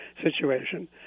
situation